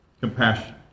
Compassion